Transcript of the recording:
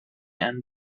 and